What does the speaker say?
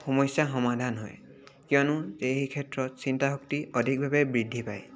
সমস্যা সমাধান হয় কিয়নো এই ক্ষেত্ৰত চিন্তা শক্তি অধিকভাৱে বৃদ্ধি পায়